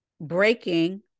breaking